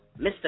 Mr